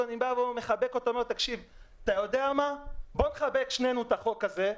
מחבק אותו ואומר לו, בוא נכבד שנינו את החוק הזה,